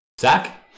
Zach